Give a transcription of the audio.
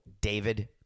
David